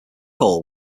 hall